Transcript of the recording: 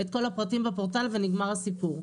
את כל הפרטים בפורטל ונגמר הסיפור.